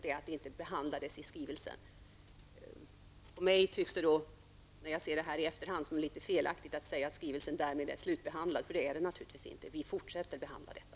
Detta är orsaken till att dessa tillkännagivanden inte har behandlats i skrivelsen. Så här i efter hand tycks det mig felaktigt att tolka detta som att skrivelsen är slutbehandlad, för det är den naturligtvis inte. Vi fortsätter att behandla detta.